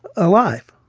alive,